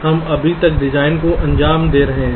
हम अभी तक डिजाइन को अंजाम दे रहे हैं